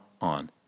on